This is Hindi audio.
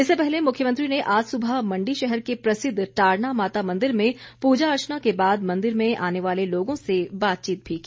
इससे पहले मुख्यमंत्री ने आज सुबह मंडी शहर के प्रसिद्व टारना माता मंदिर में पूजा अर्चना के बाद मंदिर में आने वाले लोगों से बातचीत भी की